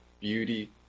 beauty